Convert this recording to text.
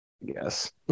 Yes